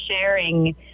sharing